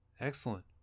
Excellent